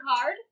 card